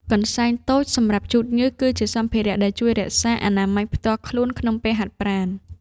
កន្សែងតូចសម្រាប់ជូតញើស គឺជាសម្ភារៈដែលជួយរក្សាអនាម័យផ្ទាល់ខ្លួនក្នុងពេលហាត់ប្រាណ។